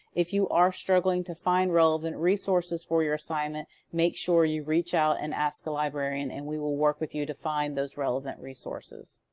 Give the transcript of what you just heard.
if you are struggling to find relevant resources for your assignment, make sure you reach out and ask a librarian. and we will work with you to find those relevant resources.